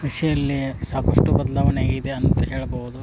ಕೃಷಿಯಲ್ಲಿ ಸಾಕಷ್ಟು ಬದಲಾವಣೆ ಆಗಿದೆ ಅಂತ ಹೇಳ್ಬೌದು